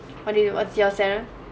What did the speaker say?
what did you what's your sara